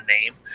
name